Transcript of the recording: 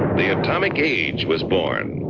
the atomic age was born.